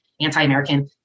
anti-American